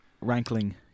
rankling